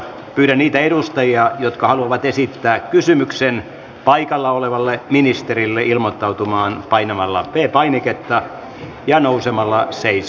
pyydän niitä edustajia jotka haluavat esittää kysymyksen paikalla olevalle ministerille ilmoittautumaan painamalla p painiketta ja nousemalla seisomaan